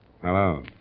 Hello